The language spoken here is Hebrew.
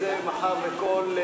מחר בכל,